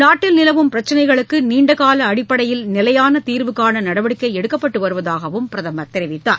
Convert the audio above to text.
நாட்டில் நிலவும் பிரச்சினைகளுக்கு நீண்ட கால அடிப்படையில் நிலையான தீர்வு காண நடவடிக்கை எடுக்கப்பட்டு வருவதாகவும் பிரதமர் கூறினார்